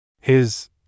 His